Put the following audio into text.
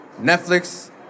Netflix